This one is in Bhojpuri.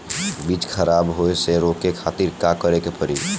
बीज खराब होए से रोके खातिर का करे के पड़ी?